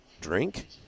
drink